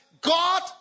God